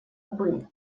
убыль